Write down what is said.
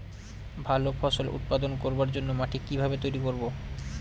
ভালো ফসল উৎপাদন করবার জন্য মাটি কি ভাবে তৈরী করব?